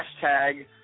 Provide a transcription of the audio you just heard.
hashtag